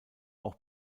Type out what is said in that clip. auch